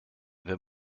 wenn